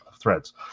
threads